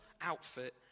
outfit